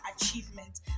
achievement